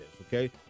okay